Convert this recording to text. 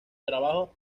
trabajo